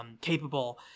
capable